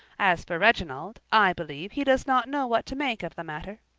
as for reginald, i believe he does not know what to make of the matter.